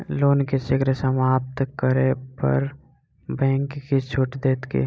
loan केँ शीघ्र समाप्त करै पर बैंक किछ छुट देत की